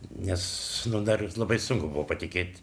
nes dar ir labai sunku buvo patikėti